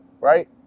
right